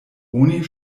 oni